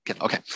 Okay